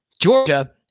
Georgia